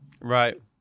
Right